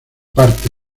parte